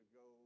go